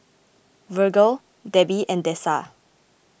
Virgle Debby and Dessa